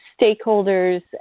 stakeholders